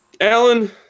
alan